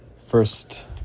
First